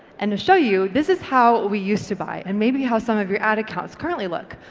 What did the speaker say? and to show you, this is how we used to buy and maybe how some of your ad accounts currently look.